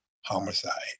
Homicide